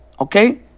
okay